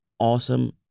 Awesome